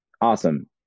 awesome